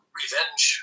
revenge